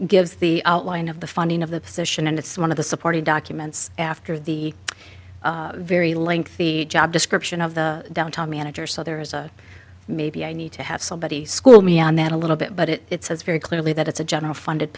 gives the outline of the funding of the position and it's one of the supporting documents after the very lengthy job description of the downtown manager so there is a maybe i need to have somebody school me on that a little bit but it says very clearly that it's a general funded